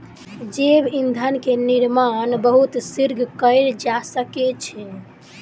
जैव ईंधन के निर्माण बहुत शीघ्र कएल जा सकै छै